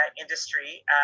industry